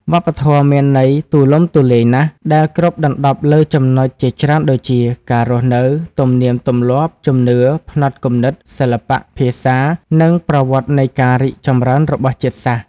វប្បធម៌មានន័យទូលំទូលាយណាស់ ដែលគ្របដណ្ដប់លើចំណុចជាច្រើនដូចជា ការរស់នៅ ទំនៀមទម្លាប់ ជំនឿ ផ្នត់គំនិត សិល្បៈ ភាសា និងប្រវត្តិនៃការរីកចម្រើនរបស់ជាតិសាសន៍។